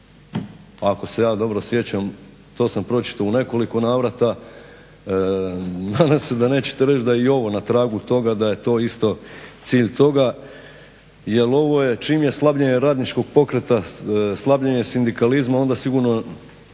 Ako se ja dobro sjećam, to sam pročitao u nekoliko navrata. Nadam se da nećete reći da je i ovo na tragu toga da je to isto cilj toga jer ovo je čim je slabljenje radničkog pokreta, slabljenje sindikalizma onda sigurno